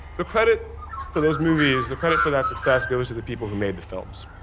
the credit for those movies, the credit for that success, goes to the people who made the films.